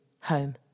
home